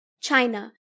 China